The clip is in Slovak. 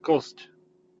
kosť